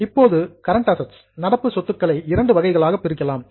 இப்போது current assets நடப்பு சொத்துக்களை இரண்டு வகைகளாக பிரிக்கலாம்